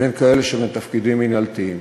לבין כאלה שהם בתפקידים מינהלתיים.